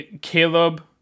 Caleb